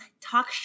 talk